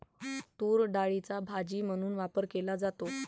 तूरडाळीचा भाजी म्हणून वापर केला जातो